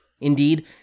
Indeed